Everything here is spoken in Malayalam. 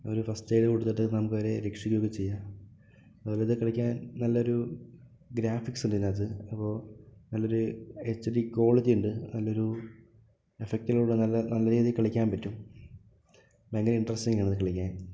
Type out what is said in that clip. ഒരു ഫസ്റ്റ് എയിഡ് കൊടുത്തിട്ട് നമുക്കവരെ രക്ഷിക്കൊക്കെ ചെയ്യാം വെറുതെ കളിക്കാൻ നല്ലൊരു ഗ്രാഫിക്സ് ഉണ്ട് ഇതിനകത്ത് അപ്പോൾ നല്ലൊരു എച്ച് ഡി ക്വാളിറ്റി ഉണ്ട് നല്ലൊരു എഫക്ടിലുള്ള നല്ല നല്ല രീതിയിൽ കളിക്കാൻ പറ്റും ഭയങ്കര ഇൻട്രസ്റ്റിങ്ങാണ് അത് കളിക്കാൻ